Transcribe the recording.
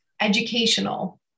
educational